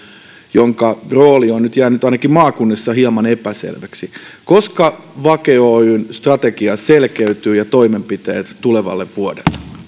jonka rooli on jäänyt ainakin maakunnissa hieman epäselväksi koska selkeytyvät vake oyn strategia ja toimenpiteet tulevalle vuodelle